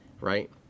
right